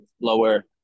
lower